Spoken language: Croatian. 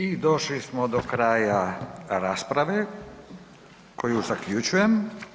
I došli smo do kraja rasprave koju zaključujem.